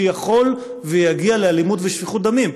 שיכול ויגיע לאלימות ושפיכות דמים?